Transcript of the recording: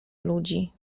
ludzi